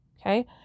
Okay